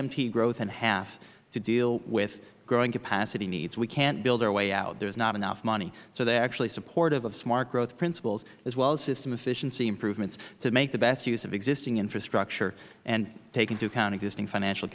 t growth in half to deal with growing capacity needs we can't build our way out there is not enough money so they are actually supportive of smart growth principles as well as system efficiency improvements to make the best use of existing infrastructure and take into account existing financial